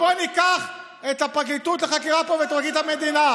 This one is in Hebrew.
ובוא ניקח את הפרקליטות לחקירה פה ואת פרקליט המדינה,